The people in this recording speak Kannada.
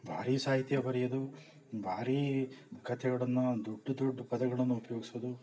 ಭಾರಿ ಸಾಹಿತ್ಯ ಬರೆಯೋದು ಭಾರೀ ಕತೆಗಳನ್ನು ದೊಡ್ಡ ದೊಡ್ಡ ಪದಗಳನ್ನು ಉಪಯೋಗ್ಸೋದು